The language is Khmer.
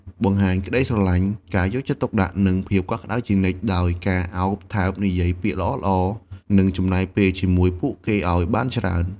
បង្ហាញក្តីស្រលាញ់ ការយកចិត្តទុកដាក់ និងភាពកក់ក្តៅជានិច្ច ដោយការឱប ថើប និយាយពាក្យល្អៗ និងចំណាយពេលជាមួយពួកគេឲ្យបានច្រើន។